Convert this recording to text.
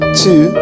two